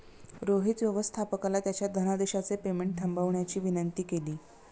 रोहित व्यवस्थापकाला त्याच्या धनादेशचे पेमेंट थांबवण्याची विनंती केली